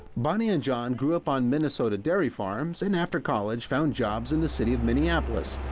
bonnie and john grew up on minnesota dairy farms and after college found jobs in the city of minneapolis.